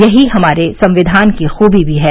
यही हमारे संविधान की खूबी भी है